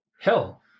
Hell